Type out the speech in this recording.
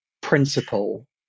principle